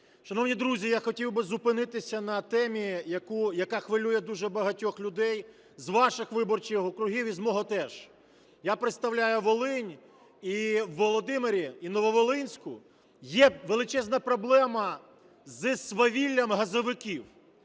Шановні друзі, я хотів би зупинитися на темі, яка хвилює дуже багатьох людей з ваших виборчих округів і з мого теж. Я представлю Волинь, і у Володимирі, і в Нововолинську є величезна проблема зі свавіллям газовиків.